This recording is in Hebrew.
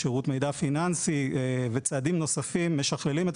שירות מידע פיננסי וצעדים נוספים משכללים את